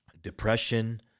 depression